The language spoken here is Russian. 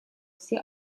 все